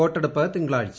വോട്ടെടുപ്പ് തിങ്കളാഴ്ച